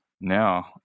now